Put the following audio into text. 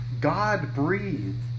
God-breathed